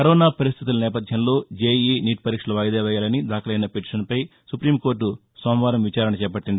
corona పరిస్థితుల నేపథ్యంలో JEE NEET పరీక్షలు వాయిదా వేయాలని దాఖలైన పిటిషన్పై సుప్టీం కోర్లు సోమవారం విచారణ చేపట్టింది